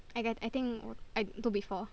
I I I think I do before